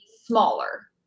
smaller